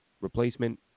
replacement